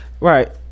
Right